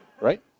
Right